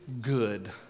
good